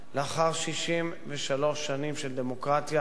לאחר 63 שנים של דמוקרטיה,